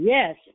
Yes